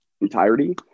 entirety